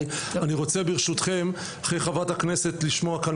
אני רוצה ברשותכם לשמוע את חברת הכנסת יאסין,